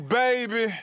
baby